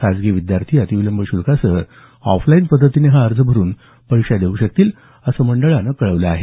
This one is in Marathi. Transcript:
खाजगी विद्यार्थी अतिविलंब श्ल्कासह ऑफलाईन पध्दतीनं हा अर्ज भरून परीक्षा देऊ शकतील असं मंडळानं कळवलं आहे